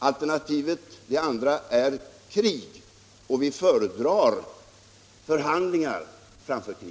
Det andra alternativet är krig. Och vi föredrar förhandlingar framför krig.